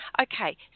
Okay